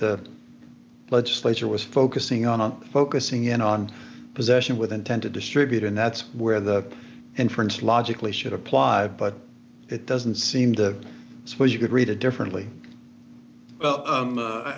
the legislature was focusing on focusing in on possession with intent to distribute and that's where the inference logically should apply but it doesn't seem to so you could read it differently well